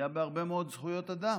פגיעה בהרבה מאוד זכויות אדם.